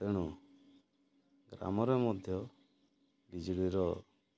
ତେଣୁ ଗ୍ରାମରେ ମଧ୍ୟ ବିଜୁଳିର